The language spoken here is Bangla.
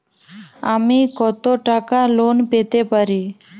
আমি কত টাকা লোন পেতে পারি?